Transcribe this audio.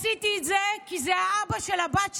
אני עשיתי את זה כי זה האבא של הבת שלי.